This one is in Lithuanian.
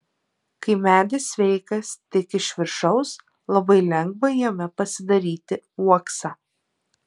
kai medis sveikas tik iš viršaus labai lengva jame pasidaryti uoksą